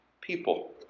people